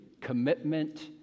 commitment